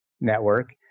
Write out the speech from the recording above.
network